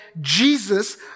Jesus